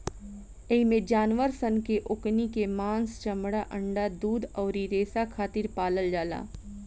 एइमे जानवर सन के ओकनी के मांस, चमड़ा, अंडा, दूध अउरी रेसा खातिर पालल जाला